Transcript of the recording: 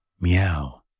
meow